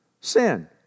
sin